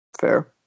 Fair